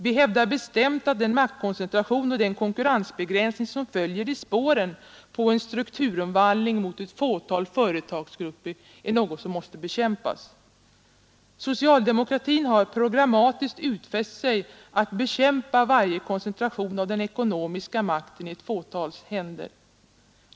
Vi hävdar bestämt att den maktkoncentration och den konkurrensbegränsning som följer i spåren på en strukturomvandling mot ett fåtal företagsgrupper är något som måste bekämpas. Socialdemokratin har programmatiskt utfäst sig att bekämpa varje koncentration av den ekonomiska makten i ett fåtals händer.